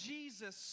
Jesus